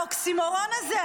האוקסימורון הזה,